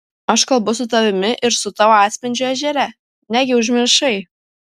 aš kalbu su tavimi ir su tavo atspindžiu ežere negi užmiršai